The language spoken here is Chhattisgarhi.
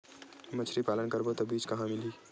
मछरी पालन करबो त बीज कहां मिलही?